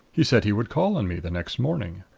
he said he would call on me the next morning.